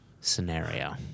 scenario